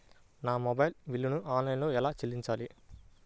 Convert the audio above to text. నా మొబైల్ బిల్లును ఆన్లైన్లో ఎలా చెల్లించాలి?